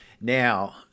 Now